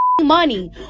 Money